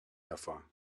hervor